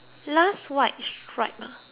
stripe ah